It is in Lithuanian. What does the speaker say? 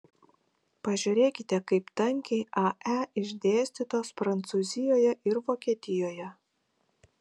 pažiūrėkite kaip tankiai ae išdėstytos prancūzijoje ir vokietijoje